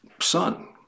son